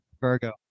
virgo